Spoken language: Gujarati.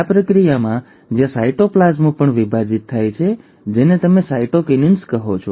આ પ્રક્રિયા જ્યાં સાયટોપ્લાસમ પણ વિભાજિત થાય છે જેને તમે સાયટોકિન્સિસ કહો છો